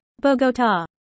Bogota